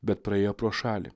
bet praėjo pro šalį